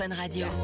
radio